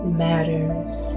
matters